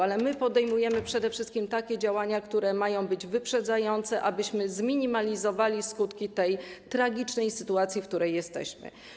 Ale my podejmujemy przede wszystkim takie działania, które mają być wyprzedzające, abyśmy zminimalizowali skutki tej tragicznej sytuacji, w jakiej jesteśmy.